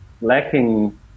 lacking